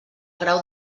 grau